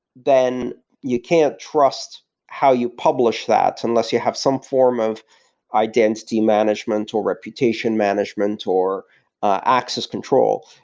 then you can't trust how you publish that unless you have some form of identity management, or reputation management, or access control.